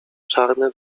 czarne